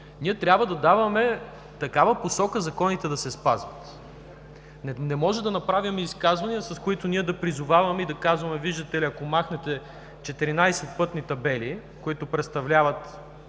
ние трябва да даваме такава посока – законите да се спазват. Не може да правим изказвания, с които да призоваваме: виждате ли, ако махнете 14 пътни табели, които представляват